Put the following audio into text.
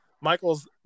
Michael's